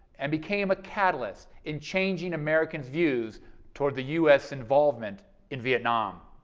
and became a catalyst in changing american views toward the us involvement in vietnam.